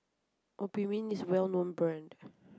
Obimin is well known brand